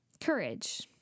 Courage